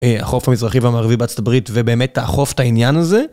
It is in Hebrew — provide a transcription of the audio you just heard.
החוף המזרחי והמערבי בארצות הברית, ובאמת תאכוף את העניין הזה.